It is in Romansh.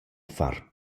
far